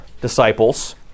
disciples